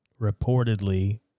reportedly